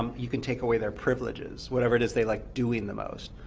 um you can take away their privileges, whatever it is they like doing the most,